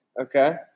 Okay